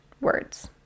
words